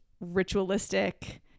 ritualistic